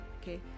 okay